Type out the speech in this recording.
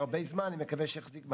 באמצעות התוכנית שמה שחשוב להדגיש,